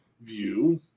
view